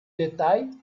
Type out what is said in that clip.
détail